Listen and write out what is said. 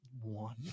One